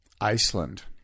iceland